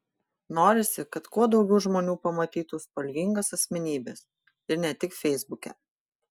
norisi kad kuo daugiau žmonių pamatytų spalvingas asmenybes ir ne tik feisbuke